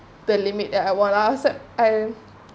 the limit that I want I accept I